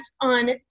on